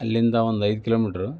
ಅಲ್ಲಿಂದ ಒಂದು ಐದು ಕಿಲೋಮೀಟರ್